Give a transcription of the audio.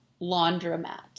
laundromat